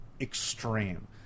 extreme